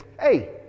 hey